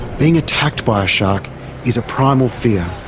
being attacked by a shark is a primal fear,